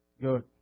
Good